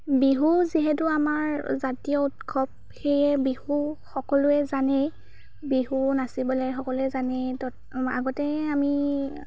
বিহু যিহেতু আমাৰ জাতীয় উৎসৱ সেয়ে বিহু সকলোৱে জানেই বিহু নাচিবলৈ সকলোৱে জানেই ত' আগতেই আমি